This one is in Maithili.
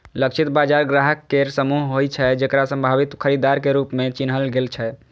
लक्षित बाजार ग्राहक केर समूह होइ छै, जेकरा संभावित खरीदार के रूप मे चिन्हल गेल छै